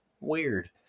weird